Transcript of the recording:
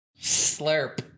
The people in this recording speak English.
Slurp